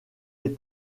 les